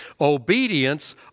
Obedience